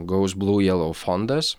gaus blū jelau fondas